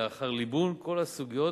לאחר ליבון כל הסוגיות